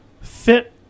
fit